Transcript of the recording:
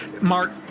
Mark